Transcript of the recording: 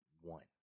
one